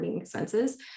expenses